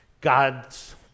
God's